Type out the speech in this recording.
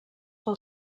pel